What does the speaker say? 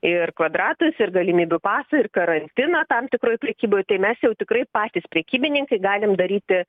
ir kvadratus ir galimybių pasą ir karantiną tam tikroj prekyboj tai mes jau tikrai patys prekybininkai galim daryti